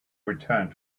returned